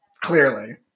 clearly